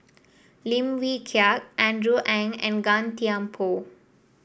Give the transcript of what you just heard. Lim Wee Kiak Andrew Ang and Gan Thiam Poh